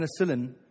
penicillin